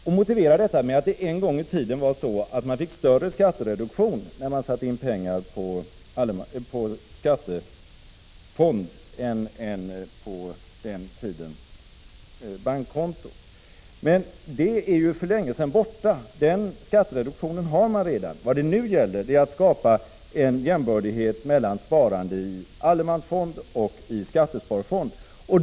Man motiverar detta med att man en gång i tiden fick större skattereduktion när man satte in pengar på skattefond än på den tidens bankkonto. Men den förmånen är för länge sen borta, för den skattereduktionen har man ju redan. Vad det nu gäller är att skapa jämbördighet mellan sparande i allemansfond och sparande i skattesparfond.